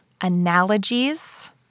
analogies